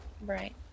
Right